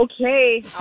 Okay